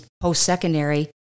post-secondary